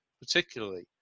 particularly